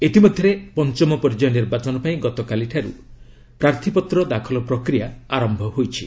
ଇତିମଧ୍ୟରେ ପଞ୍ଚମ ପର୍ଯ୍ୟାୟ ନିର୍ବାଚନ ପାଇଁ ଗତକାଲିଠାରୁ ପ୍ରାର୍ଥୀପତ୍ର ଦାଖଲ ପ୍ରକ୍ରିୟା ଆରମ୍ଭ ହୋଇଛି